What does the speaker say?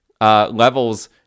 levels